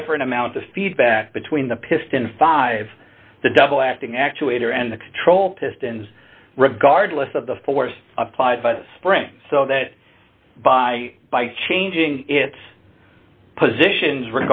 different amount of feedback between the piston five the double acting actuator and the control pistons regardless of the force applied by the spring so that by changing its positions